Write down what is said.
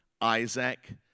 Isaac